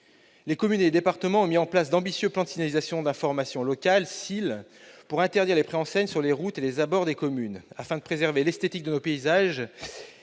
Les communes et les départements ont mis en place d'ambitieux plans de signalisation d'information locale, la SIL, pour interdire les préenseignes sur les routes et les abords des communes, afin de préserver l'esthétique de nos paysages